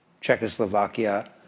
Czechoslovakia